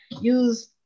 Use